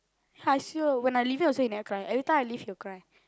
when I leaving also he never cry every time I leave he will cry